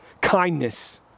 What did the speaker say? kindness